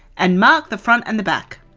and mark the front and the back.